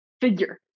figure